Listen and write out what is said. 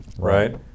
Right